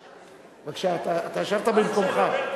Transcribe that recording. בבקשה, אתה ישבת במקומך.